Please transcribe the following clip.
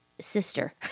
sister